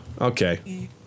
Okay